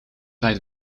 tijd